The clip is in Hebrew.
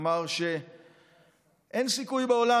ואמר שאין סיכוי בעולם,